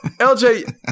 LJ